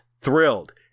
thrilled